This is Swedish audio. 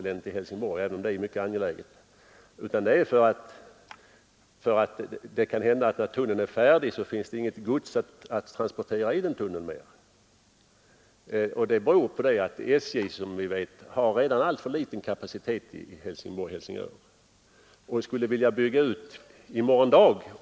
Det kan komma att hända att när tunneln är färdig finns det inte längre något gods att transportera i tunneln, beroende på att SJ som bekant redan nu har alltför liten kapacitet i Helsingborg-Helsingör och skulle vilja bygga ut i morgon dag.